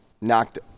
knocked